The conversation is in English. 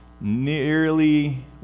nearly